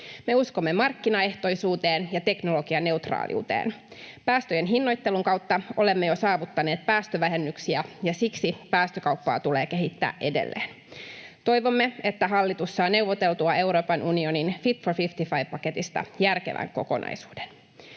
Me uskomme markkinaehtoisuuteen ja teknologianeutraaliuteen. Päästöjen hinnoittelun kautta olemme jo saavuttaneet päästövähennyksiä, ja siksi päästökauppaa tulee kehittää edelleen. Toivomme, että hallitus saa neuvoteltua Euroopan unionin Fit for 55 ‑paketista järkevän kokonaisuuden.